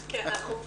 הזמנים.